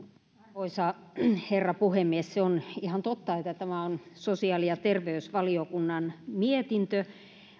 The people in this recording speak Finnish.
arvoisa herra puhemies se on ihan totta että tämä on sosiaali ja terveysvaliokunnan mietintö